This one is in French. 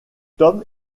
homme